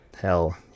Hell